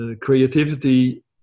creativity